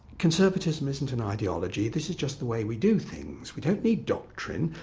conservatism isn't an ideology, this is just the way we do things. we don't need doctrine,